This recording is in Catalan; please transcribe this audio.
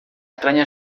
estranya